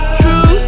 true